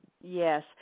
Yes